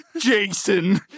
Jason